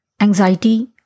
anxiety